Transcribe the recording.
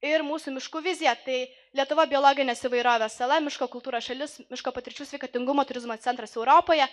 ir mūsų miškų vizija tai lietuva biologinės įvairovės sala miško kultūros šalis miško patirčių sveikatingumo turizmo centras europoje